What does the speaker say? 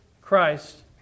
Christ